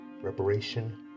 Reparation